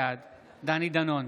בעד דני דנון,